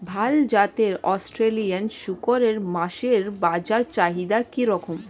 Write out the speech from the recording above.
ভাল জাতের অস্ট্রেলিয়ান শূকরের মাংসের বাজার চাহিদা কি রকম?